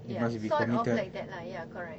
ya sort of like that lah ya correct